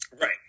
right